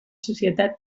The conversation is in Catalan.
societat